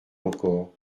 encore